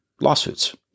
lawsuits